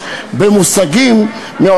מה שהוא רוצה.